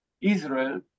Israel